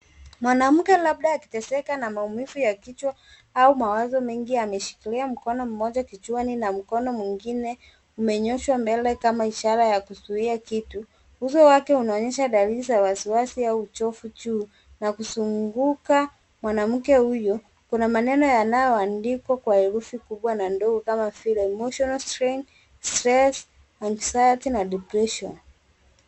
Mwanamke labda akiteseka na maumivu ya kichwa au mawazo mengi ameshikilia mkono mmoja kichwani na mkono mwingine umenyooshwa mbele kama ishara ya kuzuia kitu. Uso wake unaonyesha dalili za wasiwasi au uchovu juu na kuzunguka mwanamke huyu kuna maneno yanayoandikwa kwa herufi kubwa na ndogo kama vile emotional strength, stress, anxiety na depression .